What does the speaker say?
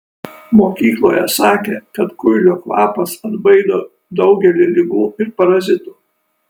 mokykloje sakė kad kuilio kvapas atbaido daugelį ligų ir parazitų